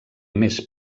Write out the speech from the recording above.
més